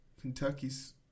Kentucky's